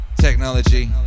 technology